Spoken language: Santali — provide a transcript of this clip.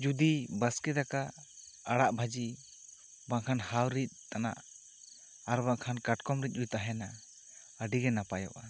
ᱡᱩᱫᱤ ᱵᱟᱥᱠᱮ ᱫᱟᱠᱟ ᱟᱲᱟᱜ ᱵᱷᱟᱹᱡᱤ ᱵᱟᱝᱠᱷᱟᱱ ᱦᱟᱣᱨᱤᱫ ᱛᱮᱱᱟᱜ ᱟᱨ ᱵᱟᱝᱠᱷᱟᱱ ᱠᱟᱴᱠᱚᱢ ᱨᱤᱫ ᱛᱟᱦᱮᱱᱟ ᱟᱹᱰᱤ ᱜᱮ ᱱᱟᱯᱟᱭᱚᱜᱼᱟ